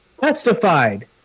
testified